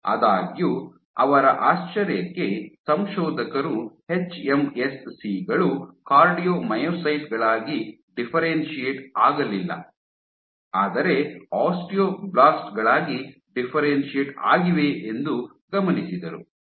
ಆದಾಗ್ಯೂ ಅವರ ಆಶ್ಚರ್ಯಕ್ಕೆ ಸಂಶೋಧಕರು ಎಚ್ಎಂಎಸ್ಸಿ ಗಳು ಕಾರ್ಡಿಯೊಮೈಕೋಸೈಟ್ ಗಳಾಗಿ ಡಿಫ್ಫೆರೆನ್ಶಿಯೇಟ್ ಆಗಲಿಲ್ಲ ಆದರೆ ಆಸ್ಟಿಯೋಬ್ಲಾಸ್ಟ್ ಗಳಾಗಿ ಡಿಫ್ಫೆರೆನ್ಶಿಯೇಟ್ ಆಗಿವೆ ಎಂದು ಗಮನಿಸಿದರು